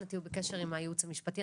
אנא היו בקשר עם הייעוץ המשפטי.